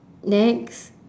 next